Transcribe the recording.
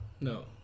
no